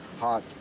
hot